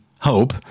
hope